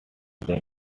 than